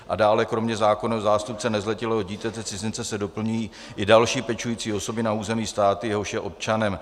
A dále kromě zákonného zástupce nezletilého dítěte cizince se doplňují i další pečující osoby na území státu, jehož je občanem.